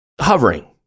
hovering